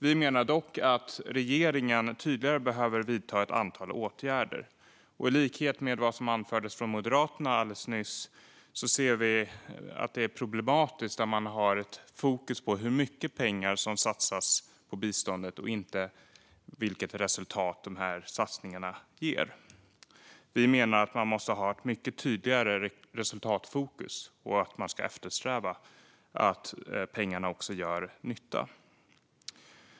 Vi menar dock att regeringen tydligare behöver vidta ett antal åtgärder. I likhet med vad som anfördes från Moderaterna alldeles nyss ser vi att det är problematiskt när man har fokus på hur mycket pengar som satsas på biståndet och inte på vilket resultat dessa satsningar ger. Vi menar att man måste ha ett mycket tydligare resultatfokus och att man ska eftersträva att pengarna också gör nytta.